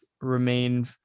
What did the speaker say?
remain